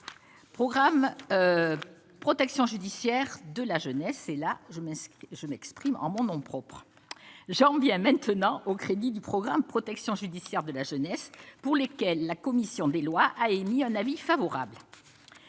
programme protection judiciaire de la jeunesse, et là je me je m'exprime en mon nom propre, je reviens maintenant au crédit du programme protection judiciaire de la jeunesse, pour lesquelles la commission des lois a émis un avis favorable,